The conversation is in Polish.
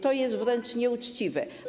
To jest wręcz nieuczciwe.